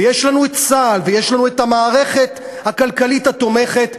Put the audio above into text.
ויש לנו צה"ל ויש לנו מערכת כלכלית תומכת,